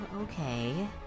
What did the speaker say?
okay